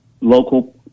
local